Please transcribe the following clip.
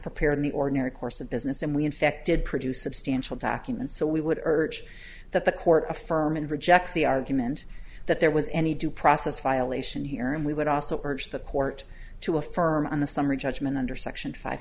prepared in the ordinary course of business and we infected produce substantial backing and so we would urge that the court affirm and reject the argument that there was any due process violation here and we would also urge the court to affirm on the summary judgment under section five